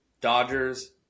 Dodgers